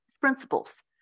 principles